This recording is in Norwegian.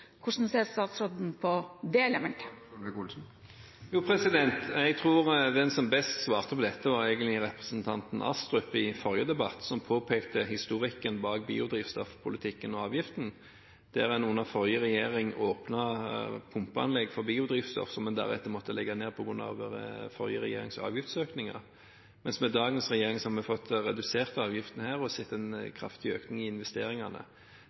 Hvordan ser statsråden på det? Jeg tror den som best svarte på dette, egentlig var representanten Astrup i forrige debatt, som påpekte historikken bak biodrivstoffpolitikken og -avgiften. Den forrige regjering åpnet pumpeanlegg for biodrivstoff, som en deretter måtte legge ned på grunn av forrige regjerings avgiftsøkninger, mens med dagens regjering har vi fått redusert avgiftene og har sett en kraftig økning i investeringene.